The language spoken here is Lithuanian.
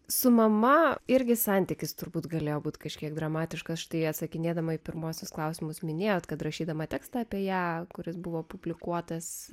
su mama irgi santykis turbūt galėjo būti kažkiek dramatiškas štai atsakinėdama į pirmuosius klausimus minėjote kad rašydama tekstą apie ją kuris buvo publikuotas